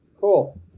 Cool